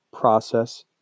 process